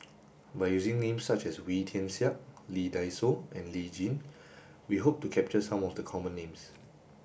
by using names such as Wee Tian Siak Lee Dai Soh and Lee Tjin we hope to capture some of the common names